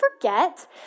forget